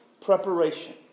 preparation